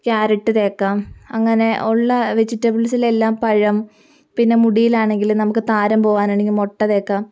carrot തേക്കാം അങ്ങനെ ഉള്ള വെജിറ്റബിൾസിലെല്ലാം പഴം പിന്നെ മുടിയിലാണെങ്കിൽ നമുക്ക് താരൻ പോവാനാണെങ്കിൽ മുട്ട തേക്കാം